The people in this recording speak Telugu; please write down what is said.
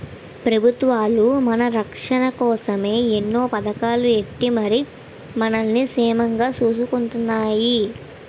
పెబుత్వాలు మన రచ్చన కోసమే ఎన్నో పదకాలు ఎట్టి మరి మనల్ని సేమంగా సూసుకుంటున్నాయి